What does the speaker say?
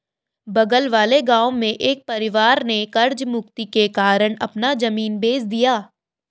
बगल वाले गांव में एक परिवार ने कर्ज मुक्ति के कारण अपना जमीन बेंच दिया